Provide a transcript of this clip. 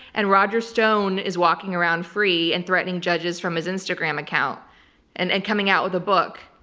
and roger stone is walking around free and threatening judges from his instagram account and and coming out with a book,